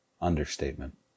understatement